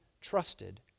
trusted